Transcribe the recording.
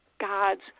God's